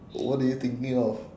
what are you thinking of